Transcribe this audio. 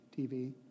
TV